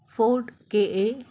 ford K A